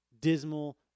dismal